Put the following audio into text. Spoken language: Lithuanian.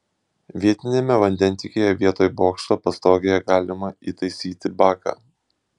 vietiniame vandentiekyje vietoj bokšto pastogėje galima įtaisyti baką